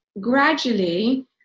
gradually